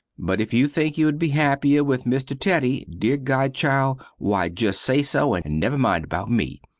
but if you think you wood be hapier with mr. teddy, dear godchild why just say so and never mind about me.